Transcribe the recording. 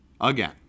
Again